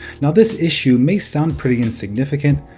now this issue may sound pretty insignificant,